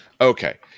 Okay